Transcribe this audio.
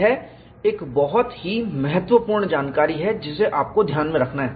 यह एक बहुत ही महत्वपूर्ण जानकारी है जिसे आपको ध्यान में रखना है